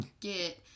Get